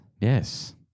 Yes